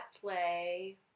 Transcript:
play